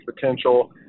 potential